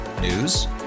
News